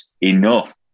enough